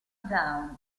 down